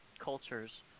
cultures